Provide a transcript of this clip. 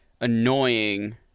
annoying